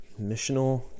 missional